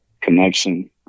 connection